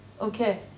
okay